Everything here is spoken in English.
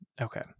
Okay